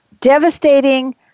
devastating